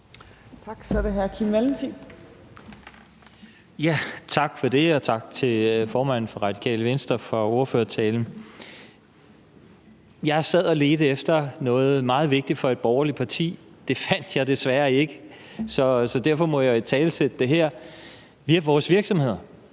Tak for det, og tak til formanden for Radikale Venstre for ordførertalen. Jeg sad og ledte efter noget meget vigtigt for et borgerligt parti. Det fandt jeg desværre ikke, så derfor må jeg italesætte det her – det er vores virksomheder.